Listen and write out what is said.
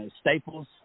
staples